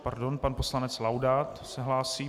Pardon, pan poslanec Laudát se hlásí.